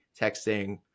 texting